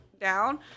down